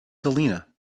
selena